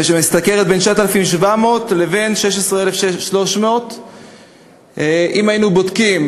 ואשר משתכרת בין 9,700 לבין 16,300. אם היינו בודקים,